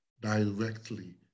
directly